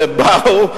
ובאו,